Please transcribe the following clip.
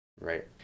Right